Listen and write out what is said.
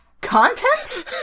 Content